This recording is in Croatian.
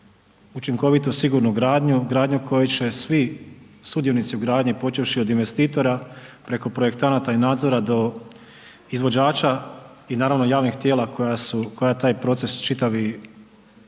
učinkovitu sigurnu gradnju, gradnju koju će svi sudionici u gradnji počevši od investitora preko projektanata i nadzora do izvođača i naravno javnih tijela koja taj proces čitavi